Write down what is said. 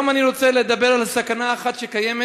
היום אני רוצה לדבר על סכנה שקיימת,